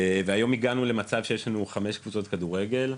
היום הגענו למצב שיש לנו כחמש קבוצות כדורגל,